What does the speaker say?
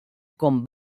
con